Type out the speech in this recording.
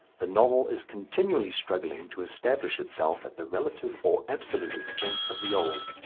the novel is continually struggling to establish itself at the relative or absolute expense of the old.